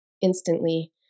instantly